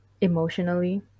emotionally